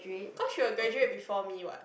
cause she will graduate before me what